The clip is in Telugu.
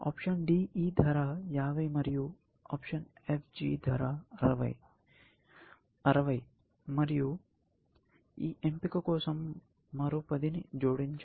ఆప్షన్ DE ధర 50 మరియు ఆప్షన్ FG ధర 60 మరియు ఈ ఎంపిక కోసం మరో 10 ని జోడించండి